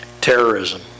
Terrorism